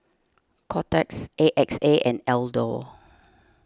Kotex A X A and Aldo